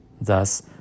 thus